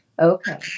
Okay